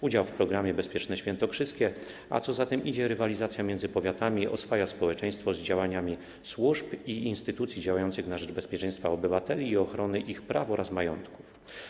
Udział w programie „Bezpieczne świętokrzyskie”, a co za tym idzie rywalizacja między powiatami oswaja społeczeństwo z działaniami służb i instytucji działających na rzecz bezpieczeństwa obywateli i ochrony ich praw oraz majątków.